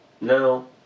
no